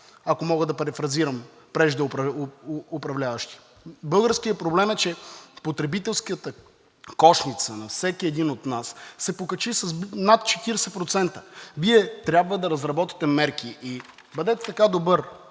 ако мога да перефразирам преждеуправляващи. Българският проблем е, че потребителската кошница на всеки един от нас се покачи с над 40%. Вие трябва да разработите мерки и бъдете така добър